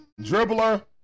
Dribbler